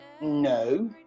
No